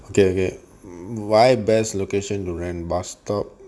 okay okay why best location to rent bus stop